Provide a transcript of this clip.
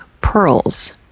pearls